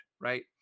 right